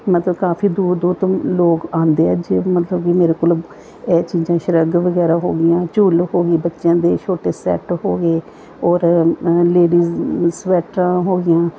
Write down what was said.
ਮਤਲਬ ਕਾਫ਼ੀ ਦੂਰ ਦੂਰ ਤੋਂ ਲੋਕ ਆਉਂਦੇ ਆ ਜੇ ਮਤਲਬ ਵੀ ਮੇਰੇ ਕੋਲ ਇਹ ਚੀਜ਼ਾਂ ਸ਼ਰੁਗ ਵਗੈਰਾ ਹੋ ਗਈਆਂ ਝੂਲੇ ਹੋ ਗਈ ਬੱਚਿਆਂ ਦੇ ਛੋਟੇ ਸੈਟ ਹੋ ਗਏ ਔਰ ਲੇਡੀ ਸਵੈਟਰਾਂ ਹੋ ਗਈਆਂ